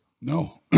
No